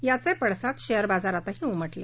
याचे पडसाद शेअर बाजारातही उमटले